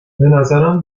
بنظرم